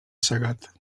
segat